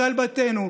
ישראל ביתנו,